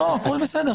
הכול בסדר.